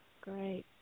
Great